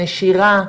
נשירה,